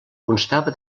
constava